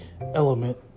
element